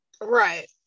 right